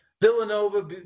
Villanova